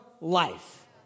life